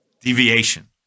deviation